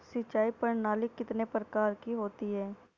सिंचाई प्रणाली कितने प्रकार की होती हैं?